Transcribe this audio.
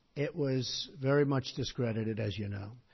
it was very much discredited, as you know.